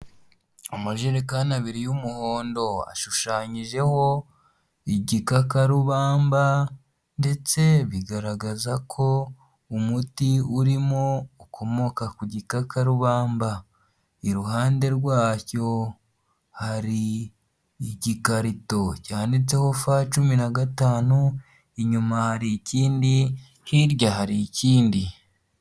Amajerekani abiri y'umuhondo ashushanyijeho igikakarubamba ndetse bigaragaza ko umuti urimo ukomoka ku gikakarubamba, iruhande rwacyo hari igikarito cyanditseho F cumi na gatanu, inyuma hari ikindi, hirya hari ikindi.